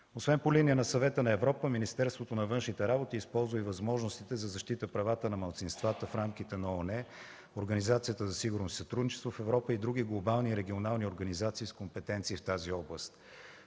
Освен по линия на Съвета на Европа Министерството на външните работи използва и възможностите за защита правата на малцинствата в рамките на ООН, Организацията за сигурност и сътрудничество в Европа и други глобални и регионални организации с компетенции в тази област.